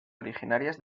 originarias